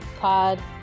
Pod